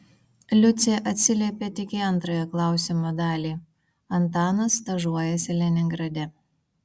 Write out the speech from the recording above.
liucė atsiliepė tik į antrąją klausimo dalį antanas stažuojasi leningrade